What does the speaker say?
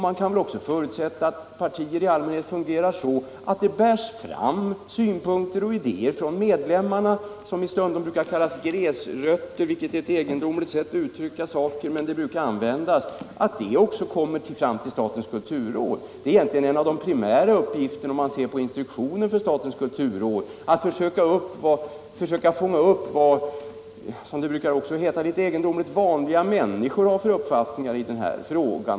Man kan också förutsätta att partier i allmänhet fungerar så att de synpunkter och idéer som kommer från medlemmarna — de som stundom kallas gräsrötter — också bärs fram till statens kulturråd. Det är egentligen en av de primära uppgifterna enligt instruktionen för statens kulturråd att försöka fånga upp vad, som det också litet egendomligt brukar heta, vanliga människor har för uppfattning i den här frågan.